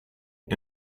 and